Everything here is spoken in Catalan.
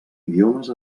idiomes